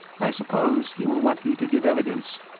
i suppose he will want me to give evidence?